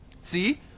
See